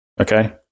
Okay